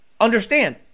understand